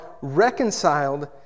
reconciled